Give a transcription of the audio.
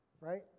right